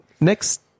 next